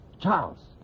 Charles